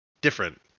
different